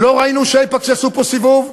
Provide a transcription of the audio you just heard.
לא ראינו ש"אייפקס" יעשו פה סיבוב,